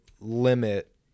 limit